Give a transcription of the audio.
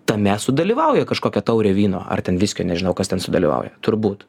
tame sudalyvauja kažkokia taurė vyno ar ten viskio nežinau kas ten sudėliojo turbūt